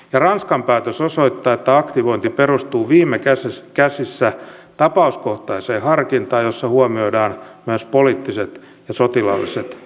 ranskan päätös osoittaa että aktivointi perustuu viime kädessä tapauskohtaiseen harkintaan jossa huomioidaan myös poliittiset ja sotilaalliset näkökohdat